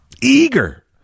eager